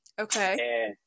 Okay